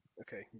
Okay